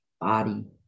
body